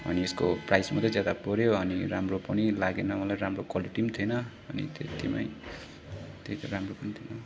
अनि यसको प्राइस मात्रै ज्यादा पर्यो अनि राम्रो पनि लागेन मलाई राम्रो क्वालिटी पनि थिएन अनि त्यति नै त्यही त राम्रो पनि थिएन